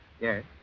Yes